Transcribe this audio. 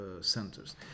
centers